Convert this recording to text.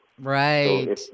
Right